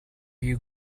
you